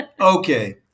okay